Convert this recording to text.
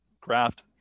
craft